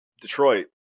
detroit